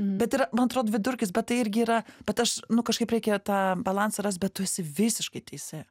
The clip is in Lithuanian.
bet ir man atrodo vidurkis bet tai irgi yra bet aš nu kažkaip reikia tą balansą rast bet tu esi visiškai teisi